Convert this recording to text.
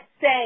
say